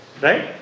Right